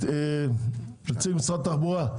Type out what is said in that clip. נציג משרד התחבורה,